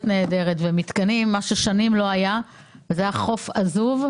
נהדרת וממתקנים ששנים לא היו כי זה היה חוף עזוב.